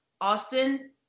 Austin